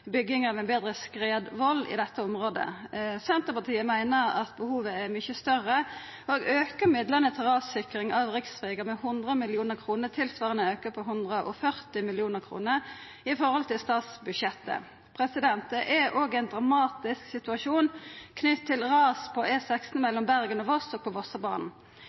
bygging av ein betre skredvoll i dette området. Senterpartiet meiner behovet er mykje større, og aukar midlane til rassikring av riksvegar med 100 mill. kr, tilsvarande ein auke på 140 mill. kr i forhold til statsbudsjettet. Det er ein dramatisk situasjon knytt til ras på E16 mellom Bergen og Voss og på